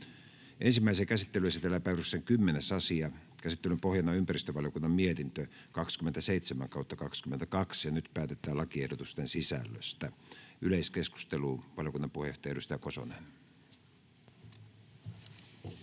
Ensimmäiseen käsittelyyn esitellään päiväjärjestyksen 10. asia. Käsittelyn pohjana on ympäristövaliokunnan mietintö YmVM 27/2022 vp. Nyt päätetään lakiehdotusten sisällöstä. — Yleiskeskustelu, valiokunnan puheenjohtaja, edustaja Kosonen. Arvoisa